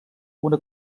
una